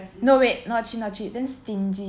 no wait not cheap not cheap damn stingy